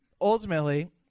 ultimately